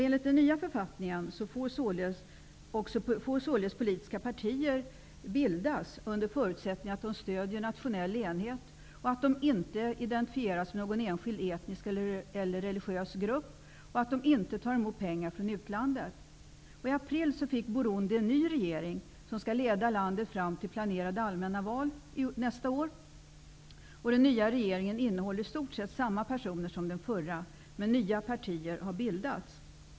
Enligt den nya författningen får således politiska partier bildas under förutsättning att de stöder nationell enighet, att de inte identifieras med någon enskild etnisk eller religiös grupp och att de inte tar emot pengar från utlandet. I april fick Burundi en ny regering som skall leda landet fram till planerade allmänna val nästa år. Den nya regeringen innehåller i stort sett samma personer som den förra, men nya partier har bildats.